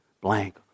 blank